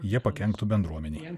jie pakenktų bendruomenei